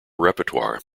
repertoire